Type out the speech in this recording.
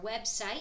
website